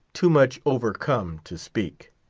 too much overcome to speak.